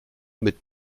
mit